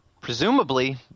Presumably